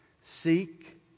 Seek